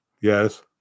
Yes